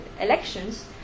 elections